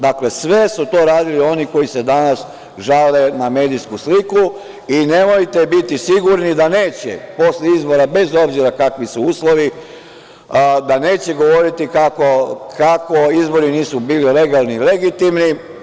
Dakle, sve su to radili oni koji se danas žale na medijsku sliku i nemojte biti sigurni posle izbora, bez obzira kakvi su uslovi, da neće govoriti kako izbori nisu bili legalni i legitimni.